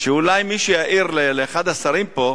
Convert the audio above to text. שאולי מישהו יעיר לאחד השרים פה,